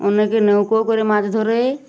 অনেকে নৌকা করে মাছ ধরে